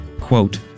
quote